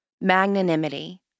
magnanimity